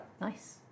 nice